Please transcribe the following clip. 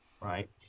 right